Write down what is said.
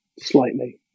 Slightly